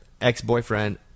ex-boyfriend